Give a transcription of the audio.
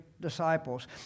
disciples